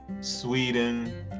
Sweden